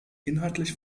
inhaltlich